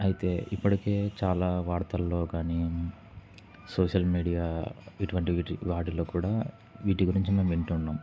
అయితే ఇప్పటికే చాలా వార్తల్లో కానీ సోషల్ మీడియా ఇటువంటివి వాటిలో కూడా వీటి గురించి మేము వింటున్నాం